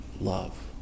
love